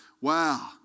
wow